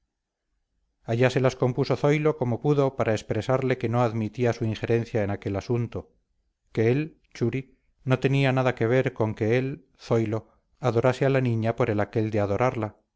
allá se las compuso zoilo como pudo para expresarle que no admitía su injerencia en aquel asunto que él churi no tenía nada que ver con que él zoilo adorase a la niña por el aquel de adorarla